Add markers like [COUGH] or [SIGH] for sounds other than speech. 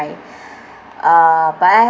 [BREATH] uh but